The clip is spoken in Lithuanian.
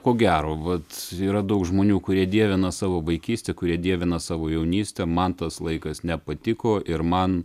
ko gero vat yra daug žmonių kurie dievina savo vaikystę kurie dievina savo jaunystę man tas laikas nepatiko ir man